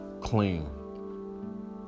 clean